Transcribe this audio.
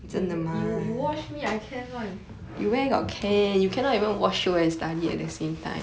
you watch me I can [one]